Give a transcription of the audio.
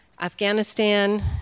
Afghanistan